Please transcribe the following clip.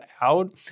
out